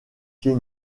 pied